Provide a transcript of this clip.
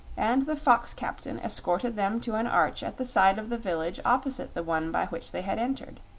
and the fox-captain escorted them to an arch at the side of the village opposite the one by which they had entered.